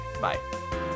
Bye